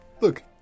look